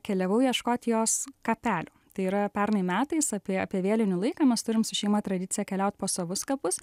keliavau ieškoti jos kapelio tai yra pernai metais apie apie vėlinių laiką mes turim su šeima tradiciją keliaut po savus kapus